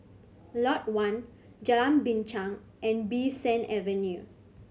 Lot One Jalan Binchang and Bee San Avenue